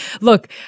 Look